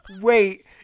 wait